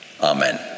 Amen